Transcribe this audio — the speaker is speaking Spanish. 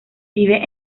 vive